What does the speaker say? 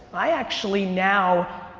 i actually now,